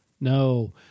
No